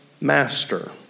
Master